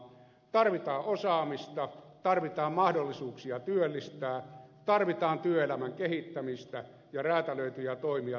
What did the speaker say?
tarvitaan osaamista tarvitaan mahdollisuuksia työllistää tarvitaan työelämän kehittämistä ja räätälöityjä toimia työtä vaille jääneille